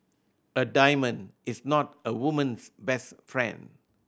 a diamond is not a woman's best friend